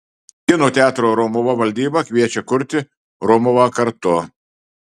kino teatro romuva valdyba kviečia kurti romuvą kartu